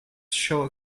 show